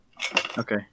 Okay